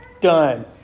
Done